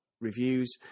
reviews